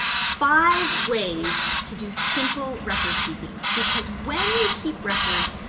five ways to do simple record keeping. because when you keep records,